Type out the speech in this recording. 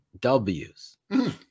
W's